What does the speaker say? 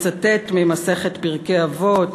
מצטט מפרקי אבות.